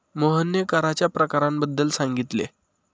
मोहनने कराच्या प्रकारांबद्दल सांगितले